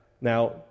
Now